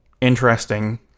interesting